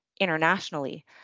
internationally